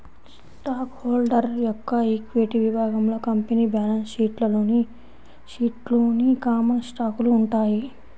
stock holder యొక్క equity విభాగంలో company balance షీట్లోని కామన్ స్టాకులు ఉంటాయి